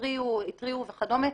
התריעו וכדומה,